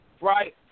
right